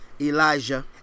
Elijah